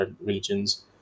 regions